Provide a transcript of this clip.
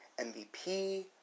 MVP